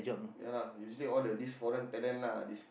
ya lah usually all the this foreign talent lah this